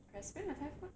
CresPion 的 thai food